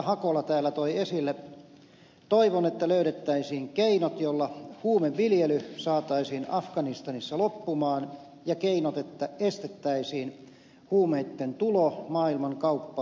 hakola täällä toi esille toivon että löydettäisiin keinot joilla huumeviljely saataisiin afganistanissa loppumaan ja keinot että estettäisiin huumeitten tulo maailmankauppaan